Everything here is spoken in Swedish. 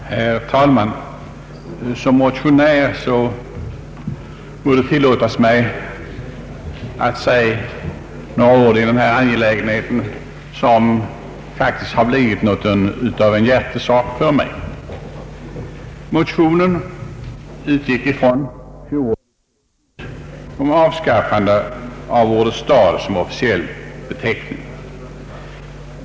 Herr talman! Må det tillåtas mig som motionär att säga några ord i denna angelägenhet, som faktiskt har blivit något av en hjärtesak för mig. Motionerna utgick från fjolårets” beslut om avskaffande av ordet stad som officiell beteckning.